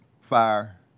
fire